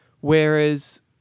whereas